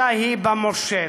אלא במושל.